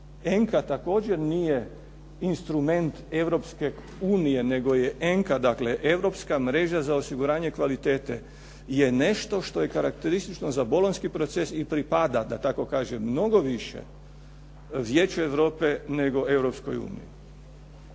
ENQA također nije instrument Europske unije nego je ENQA, dakle, Europska mreža za osiguranje kvalitete je nešto što je karakteristično za Bolonjski proces i pripada, da tako kažem Vijeću Europe nego Europskoj uniji.